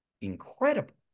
incredible